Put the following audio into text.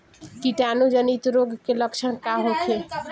कीटाणु जनित रोग के लक्षण का होखे?